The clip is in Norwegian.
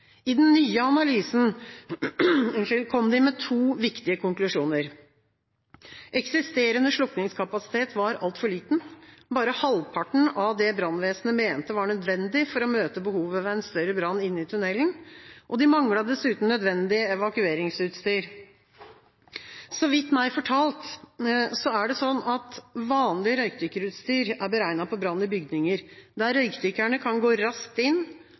I den nye analysen kom de med to viktige konklusjoner: Eksisterende slukningskapasitet var altfor liten – bare halvparten av det brannvesenet mente var nødvendig for å møte behovet ved en større brann inne i tunnelen – og de manglet dessuten nødvendig evakueringsutstyr. Jeg er blitt fortalt at vanlig røykdykkerutstyr er beregnet på brann i bygninger der røykdykkere kan gå raskt inn